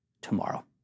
tomorrow